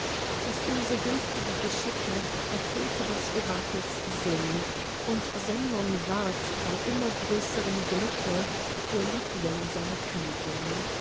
das ihm so günstige geschicke erfüllte des orakels sinn und semnon ward bei immer größerm glücke der liebling seiner königin